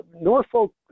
Norfolk